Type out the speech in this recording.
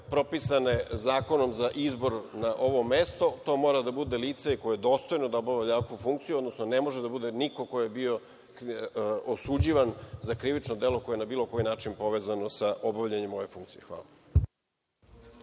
propisane zakonom za izbor na ovo mesto, to mora da bude lice koje je dostojno da obavlja ovakvu funkciju, odnosno ne može da bude niko ko je bio osuđivan za krivično delo koje je na bilo koji način povezano sa obavljanjem ove funkcije. Hvala.